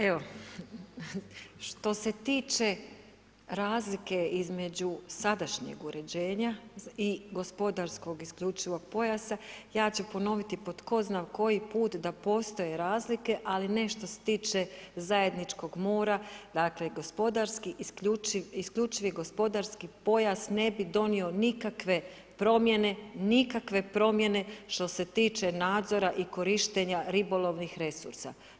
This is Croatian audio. Evo, što se tiče razlike između sadašnjeg uređenja i gospodarskog isključivog pojasa, ja ću ponoviti po tko zna koji put da postoje razlike, ali ne što se tiče zajedničkog mora, dakle gospodarski isključivi gospodarski pojas ne bi donio nikakve promjene što se tiče nadzora i korištenja ribolovnih resursa.